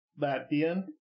Latvian